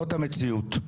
זו המציאות.